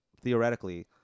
theoretically